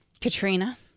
Katrina